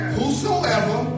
Whosoever